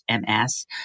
MS